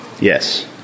Yes